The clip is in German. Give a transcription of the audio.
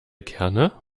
kerne